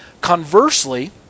Conversely